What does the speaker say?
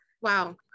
Wow